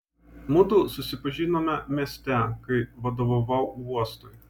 mudu susipažinome mieste kai vadovavau uostui